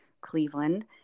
Cleveland